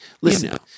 Listen